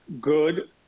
good